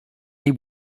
jej